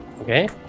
Okay